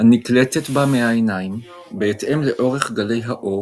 הנקלטת בה מהעיניים, בהתאם לאורך גלי האור,